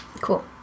Cool